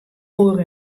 oer